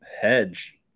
hedge